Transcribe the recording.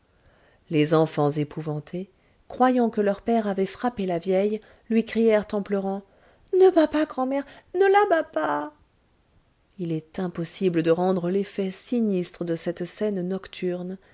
les enfants épouvantés croyant que leur père avait frappé la vieille lui crièrent en pleurant ne bats pas grand'mère ne la bats pas il est impossible de rendre l'effet sinistre de cette scène nocturne